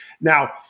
Now